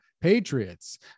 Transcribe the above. Patriots